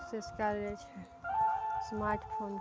process कयल जाइ छै स्मार्ट फोनके